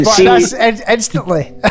Instantly